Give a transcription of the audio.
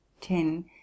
Ten